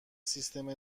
سیستم